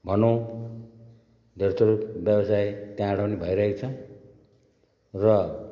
भनौँ धेरथोर व्यवसाय त्यहाँबाट नि भइरहेकै छ र